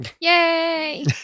yay